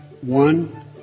One